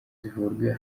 zivurwa